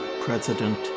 president